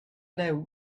know